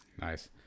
Nice